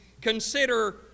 consider